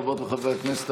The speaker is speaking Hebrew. חברות וחברי הכנסת,